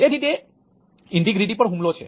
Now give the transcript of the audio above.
તેથી તે ઇન્ટિગ્રીટી પર હુમલો છે